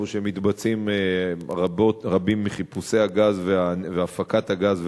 איפה שמתבצעים רבים מחיפושי הגז והפקת הגז,